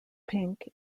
pink